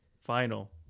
Final